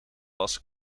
was